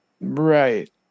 right